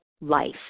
life